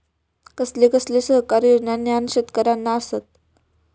कसले कसले सरकारी योजना न्हान शेतकऱ्यांना आसत?